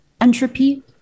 entropy